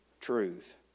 truth